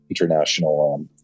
international